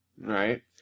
right